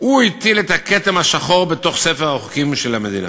הוא הוא הטיל את הכתם השחור בתוך ספר החוקים של המדינה.